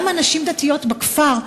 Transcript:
למה נשים דתיות בכפר,